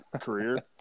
career